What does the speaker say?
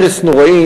הרס נורא,